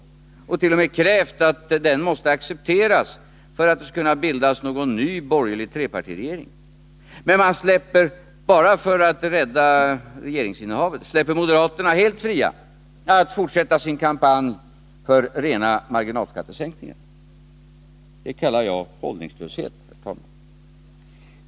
Regeringspartierna har t.o.m. krävt att den måste accepteras av moderaterna för att det skall kunna bildas någon ny borgerlig trepartiregering. Men bara för att rädda regeringsinnehavet släpper man moderaterna helt fria att fortsätta sin kampanj för rena marginalskattesänkningar. Det kallar jag hållningslöshet, herr talman.